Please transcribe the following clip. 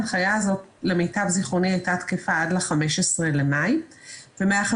ההנחיה הזאת למיטב זיכרוני הייתה תקפה עד ל-15 במאי ומה-15